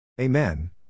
Amen